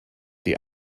die